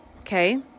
okay